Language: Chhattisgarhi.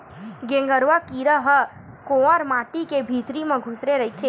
गेंगरूआ कीरा ह कोंवर माटी के भितरी म खूसरे रहिथे